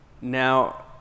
now